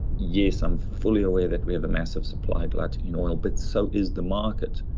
yes, i'm fully aware that we have a massive supply glut in oil, but so is the market.